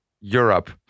Europe